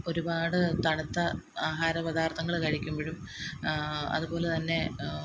ഒരുപാട് തണുത്ത ആഹാര പദാർത്ഥങ്ങൾ കഴിക്കുമ്പോഴും അതുപോലെ തന്നെ